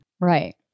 Right